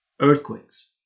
earthquakes